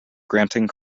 granting